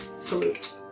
salute